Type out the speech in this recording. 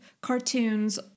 cartoons